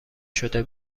شده